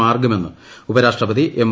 മാർഗമെന്ന് ഉപരാഷ്ട്രപതി എം